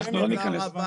אלירן, תודה רבה.